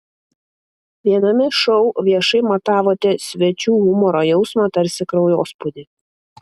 viename šou viešai matavote svečių humoro jausmą tarsi kraujospūdį